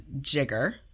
Jigger